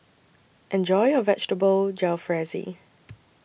Enjoy your Vegetable Jalfrezi